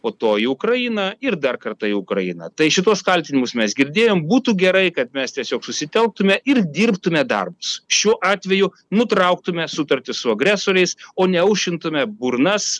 po to į ukrainą ir dar kartą į ukrainą tai šituos kaltinimus mes girdėjom būtų gerai kad mes tiesiog susitelktume ir dirbtume darbus šiuo atveju nutrauktume sutartis su agresoriais o neaušintumėme burnas